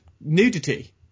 nudity